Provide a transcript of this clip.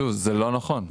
שוב, זה לא נכון.